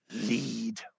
lead